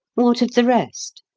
what of the rest?